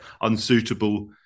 unsuitable